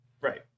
Right